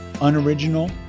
unoriginal